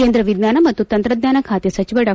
ಕೇಂದ್ರ ವಿಜ್ಞಾನ ಮತ್ತು ತಂತ್ರಜ್ಞಾನ ಖಾತೆ ಸಚಿವ ಡಾ